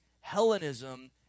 Hellenism